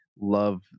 love